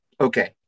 okay